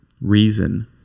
reason